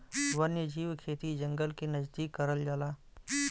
वन्यजीव खेती जंगल के नजदीक करल जाला